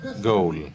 goal